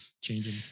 changing